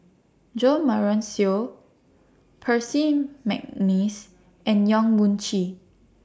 Jo Marion Seow Percy Mcneice and Yong Mun Chee